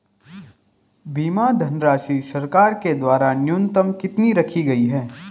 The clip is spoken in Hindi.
बीमा धनराशि सरकार के द्वारा न्यूनतम कितनी रखी गई है?